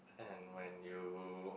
and when you